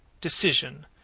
decision